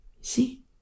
See